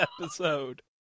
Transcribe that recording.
episode